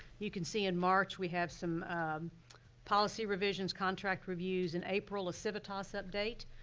you can see in march, we have some policy revisions, contract reviews, in april a civitas update.